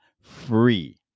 free